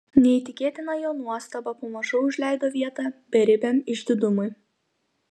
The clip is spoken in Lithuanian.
neįtikėtina jo nuostaba pamažu užleido vietą beribiam išdidumui